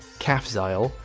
cafsile,